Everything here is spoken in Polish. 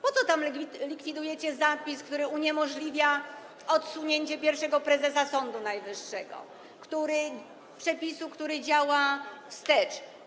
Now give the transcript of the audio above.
Po co likwidujecie tam zapis, który uniemożliwia odsunięcie pierwszego prezesa Sądu Najwyższego, przepis, który działa wstecz?